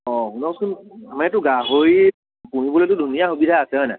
অ শুনকচোন আমাৰ ইয়াততো গাহৰি পুহিবলেতো ধুনীয়া সুবিধা আছে হয়নে